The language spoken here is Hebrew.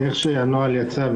איך שהנוהל יצא,